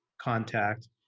contact